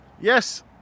yes